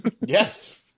Yes